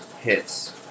hits